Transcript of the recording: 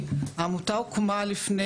שהחבר'ה אמרו המון דברים,